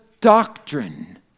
doctrine